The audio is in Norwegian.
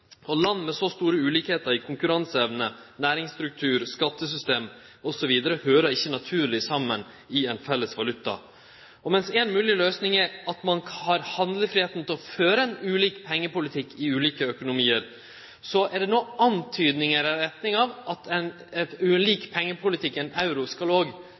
naturleg saman i ein felles valuta. Medan ei mogleg løysing er at ein har handlefridom til å føre ein ulik pengepolitikk i ulike økonomiar, er det no antydningar i retning av at ein ulik pengepolitikk med euro skal